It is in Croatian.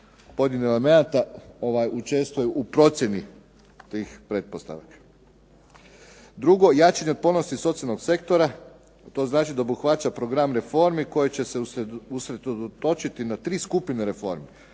pojedinih elemenata učestvuje u procjeni tih pretpostavki. Drugo, jačanje otpornosti socijalnog sektora, to znači da obuhvaća program reformi koji će se usredotočiti na tri skupine reformi.